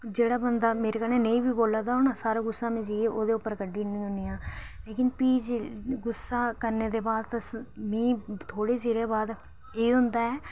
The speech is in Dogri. जेह्ड़़ा बंदा मेरे कन्ने नी बी बोल्ला दा होग ना सारा गुस्सा में जाइयै ओह्दे पर कड्ढी उड़नी हुन्नी आं लेकिन फ्ही गुस्सा करने दे बाद मीं थोह्ड़े चिरैबाद एह् हुंदा ऐ